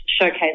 showcase